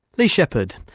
leigh sheppard.